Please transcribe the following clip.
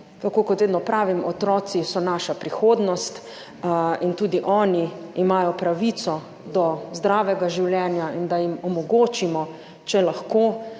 tako kot vedno pravim, otroci so naša prihodnost. In tudi oni imajo pravico do zdravega življenja in da jim omogočimo, če lahko,